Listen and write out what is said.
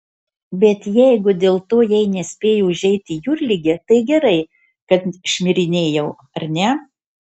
bet jeigu dėl to jai nespėjo užeiti jūrligė tai gerai kad šmirinėjau ar ne